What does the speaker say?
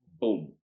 boom